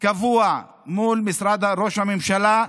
קבוע מול משרד ראש הממשלה,